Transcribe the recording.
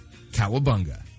Cowabunga